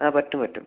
ആ പറ്റും പറ്റും